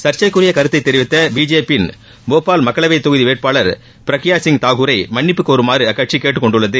சர்ச்சைக்குரிய கருத்தை தெரிவித்த பிஜேபி போபால் மக்களவை தொகுதி வேட்பாளர் பிரக்யா சிங் தாகூர் மன்னிப்பு கோருமாறு அக்கட்சி கேட்டுக்கொண்டுள்ளது